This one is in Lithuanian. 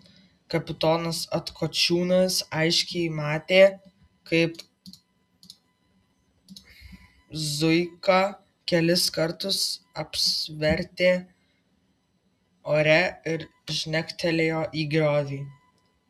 kapitonas atkočiūnas aiškiai matė kaip zuika kelis kartus apsivertė ore ir žnektelėjo į griovį